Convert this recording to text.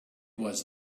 was